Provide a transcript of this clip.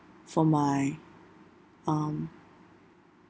for my um